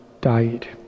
died